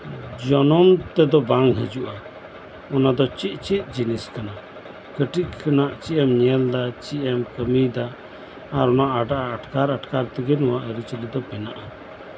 ᱡᱚᱱᱚᱢ ᱛᱮᱫᱚ ᱵᱟᱝ ᱦᱤᱡᱩᱜᱼᱟ ᱚᱱᱟ ᱫᱚ ᱪᱮᱼᱪᱮᱫ ᱡᱤᱱᱤᱥ ᱠᱟᱱᱟᱭ ᱠᱟᱹᱴᱤᱡ ᱠᱷᱚᱱᱟᱜ ᱪᱮᱫ ᱮᱢ ᱧᱮᱞᱫᱟ ᱪᱮᱫ ᱮᱢ ᱠᱟᱹᱢᱤᱭᱫᱟ ᱟᱨ ᱚᱱᱟ ᱟᱴᱠᱟᱨᱼᱟᱴᱠᱟᱨ ᱛᱮᱜᱮ ᱚᱱᱟ ᱟᱹᱨᱤᱪᱟᱞᱤ ᱫᱚ ᱵᱮᱱᱟᱜᱼᱟ